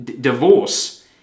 divorce